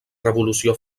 revolució